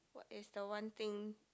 what is the one thing